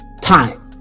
time